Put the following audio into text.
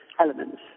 elements